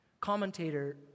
Commentator